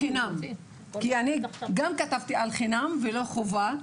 כי אני גם כתבתי על חינם ולא חובה,